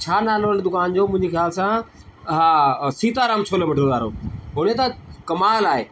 छा नालो आहे दुकान जो मुंहिंजे हिसाब सां हा सीताराम छोले भटूरे वारो होॾे त कमाल आहे